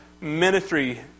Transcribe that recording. ministry